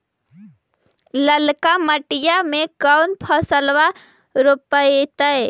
ललका मटीया मे कोन फलबा रोपयतय?